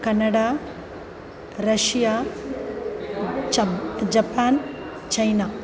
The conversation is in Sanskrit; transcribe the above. कनडा रष्या चम् जपान् चैना